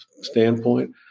standpoint